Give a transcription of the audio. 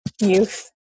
youth